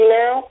now